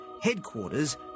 Headquarters